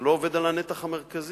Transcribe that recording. זה לא עובד על הנתח המרכזי,